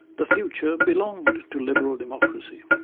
the future belonged to liberal democracy.